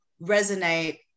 resonate